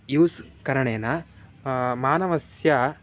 use करणेन मानवस्य